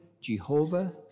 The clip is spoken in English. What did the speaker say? Jehovah